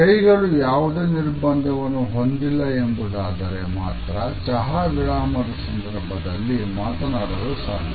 ಕೈಗಳು ಯಾವುದೇ ನಿರ್ಬಂಧವನ್ನು ಹೊಂದಿಲ್ಲ ಎಂಬುದಾದರೆ ಮಾತ್ರ ಚಹಾ ವಿರಾಮದ ಸಂದರ್ಭದಲ್ಲಿ ಮಾತನಾಡಲು ಸಾಧ್ಯ